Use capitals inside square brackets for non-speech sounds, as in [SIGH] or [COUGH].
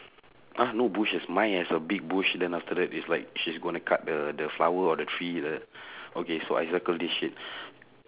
!huh! no bushes mine has a big bush then after that is like she's gonna cut the the flower or the tree like that [BREATH] okay so I circle this shit [BREATH]